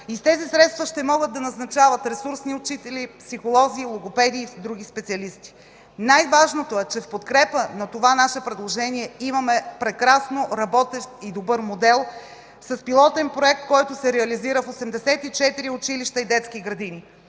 с тези средства ще могат да назначават ресурсни учители, психолози, логопеди и други специалисти. Най-важното е, че в подкрепа на това наше предложение имаме прекрасно работещ и добър модел с пилотен проект, който се реализира в 84 училища и детски градини.